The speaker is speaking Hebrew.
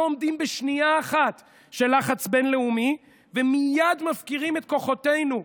לא עומדים בשנייה אחת של לחץ בין-לאומי ומייד מפקירים את כוחותינו.